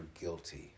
guilty